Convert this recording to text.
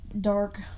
dark